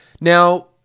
Now